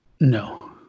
No